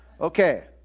Okay